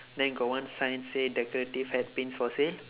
then got one sign say decorative hat pins for sale